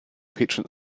patron